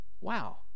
wow